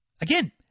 Again